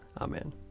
Amen